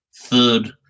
third